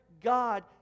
God